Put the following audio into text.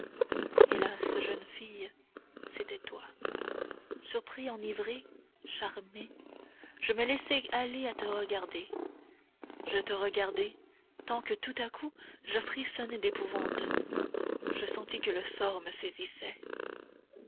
hélas jeune fille c'était toi surpris enivré charmé je me laissai aller à te regarder je te regardai tant que tout à coup je frissonnai d'épouvante je sentis que le sort me saisissait